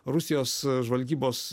rusijos žvalgybos